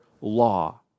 law